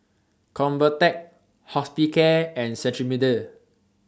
Convatec Hospicare and Cetrimide